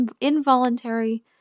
involuntary